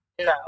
no